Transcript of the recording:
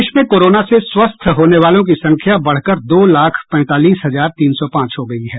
प्रदेश में कोरोना से स्वस्थ होने वालों की संख्या बढ़कर दो लाख पैंतालीस हजार तीन सौ पांच हो गयी है